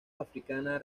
africana